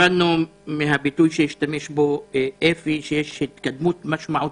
הבנו מהביטוי שהשתמש בו אפי "התקדמות משמעותית",